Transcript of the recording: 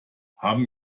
haben